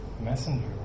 messenger